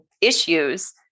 issues